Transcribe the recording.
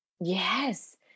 Yes